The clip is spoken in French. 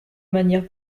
manière